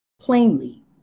plainly